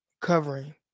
covering